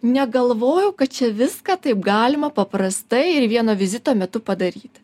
negalvojau kad čia viską taip galima paprastai ir vieno vizito metu padaryti